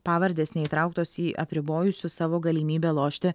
pavardės neįtrauktos į apribojusių savo galimybę lošti